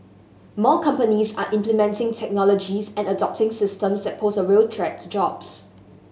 more companies are implementing technologies and adopting systems that pose a real threat to jobs